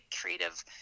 creative